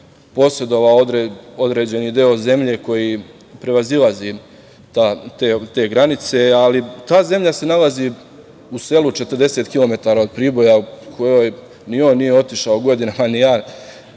posedovao određeni deo zemlje, koji prevazilazi te granice, ali ta zemlja se nalazi u selu 40 kilometara od Priboja, na kojoj ni on nije otišao godinama, ni ja